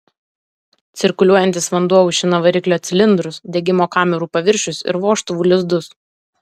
cirkuliuojantis vanduo aušina variklio cilindrus degimo kamerų paviršius ir vožtuvų lizdus